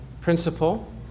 principle